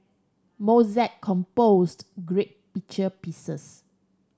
Mozart composed great pieces